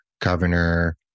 governor